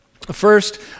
First